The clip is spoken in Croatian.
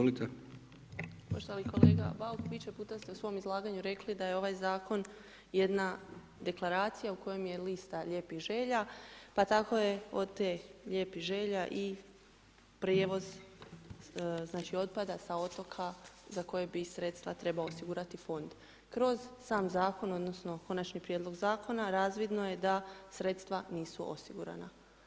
Poštovani kolega Bauk, više puta ste u svom izlaganju rekli, da je ovaj zakon jedna deklaracija, u kojem je lista lijepih želja, pa tako je od te lijepih želja i prijevoz znači otpada sa otoka, s kojeg bi sredstva trebala osigurati fond kroz sam zakon odnosno, konačni prijedlog zakona, razvidno je da sredstva nisu osigurana.